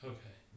Okay